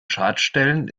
schadstellen